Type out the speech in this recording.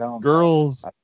girls